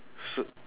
so